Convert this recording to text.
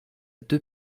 deux